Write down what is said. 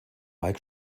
mike